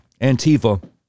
Antifa